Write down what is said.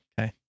okay